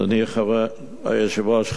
אדוני היושב-ראש,